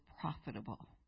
profitable